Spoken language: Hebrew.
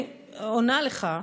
אני עונה לך.